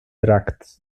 tracts